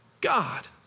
God